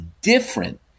different